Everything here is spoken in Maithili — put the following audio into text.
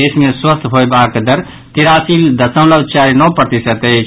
देश मे स्वस्थ हेबाक दर तिरासी दशमलव चारि नओ प्रतिशत अछि